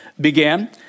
began